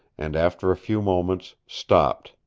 and after a few moments stopped,